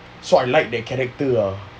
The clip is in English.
so I like their character ah